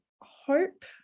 hope